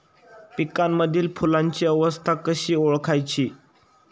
पिकांमधील फुलांची अवस्था कशी ओळखायची?